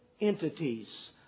entities